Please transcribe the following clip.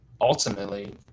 ultimately